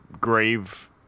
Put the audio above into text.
grave